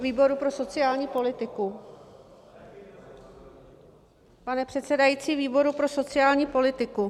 Výboru pro sociální politiku, pane předsedající, výboru pro sociální politiku.